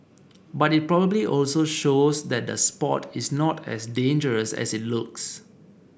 but it probably also shows that the sport is not as dangerous as it looks